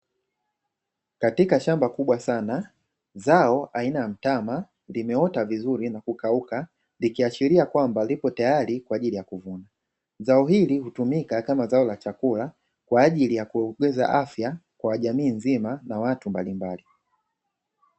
Katika shamba kubwa sana, zao aina ya mtama limeota vizuri na kukauka, likiashiria kwamba liko tayari kwa ajili ya kuvunwa. Zao hili hutumika kama zao la chakula kwa ajili ya kuongeza afya kwa jamii nzima na watu mbalimbali.